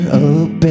open